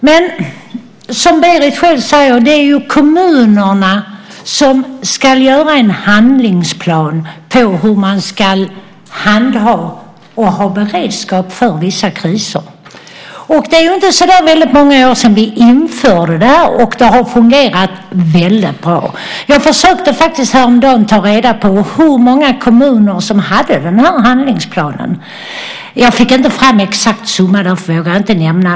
Men som Berit själv säger: Det är ju kommunerna som ska göra en handlingsplan för hur de ska handha och ha beredskap för vissa kriser. Det är inte så väldigt många år sedan vi införde detta, och det har fungerat väldigt bra. Jag försökte häromdagen ta reda på hur många kommuner som hade denna handlingsplan. Jag fick inte fram någon exakt summa, så någon sådan vågar jag inte nämna.